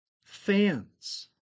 fans